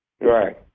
Right